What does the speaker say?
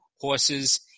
horses